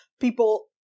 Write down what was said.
people